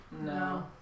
No